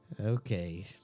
Okay